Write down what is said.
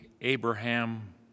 Abraham